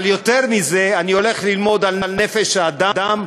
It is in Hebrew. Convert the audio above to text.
אבל יותר מזה אני הולך ללמוד על נפש האדם,